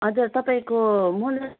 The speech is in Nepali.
हजुर तपाईँको मूल